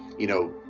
you know,